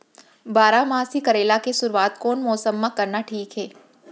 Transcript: बारामासी करेला के शुरुवात कोन मौसम मा करना ठीक हे?